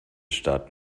stadt